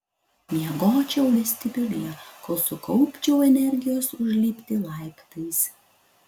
miegočiau vestibiulyje kol sukaupčiau energijos užlipti laiptais